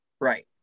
right